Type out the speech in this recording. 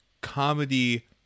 comedy